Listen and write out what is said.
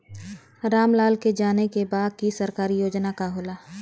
राम लाल के जाने के बा की सरकारी योजना का होला?